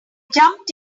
jumped